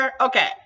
Okay